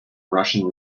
russian